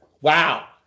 Wow